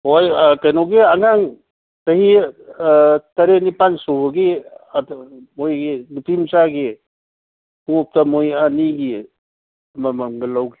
ꯍꯣꯏ ꯀꯩꯅꯣꯒꯤ ꯑꯉꯥꯡ ꯆꯍꯤ ꯇꯔꯦꯠ ꯅꯤꯄꯥꯜ ꯁꯨꯕꯒꯤ ꯃꯣꯏꯒꯤ ꯅꯨꯄꯤ ꯃꯆꯥꯒꯤ ꯈꯣꯡꯎꯞꯇ ꯃꯣꯏ ꯑꯅꯤꯒꯤ ꯑꯃꯃꯝꯒ ꯂꯧꯒꯦ